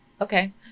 okay